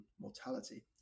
mortality